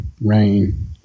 rain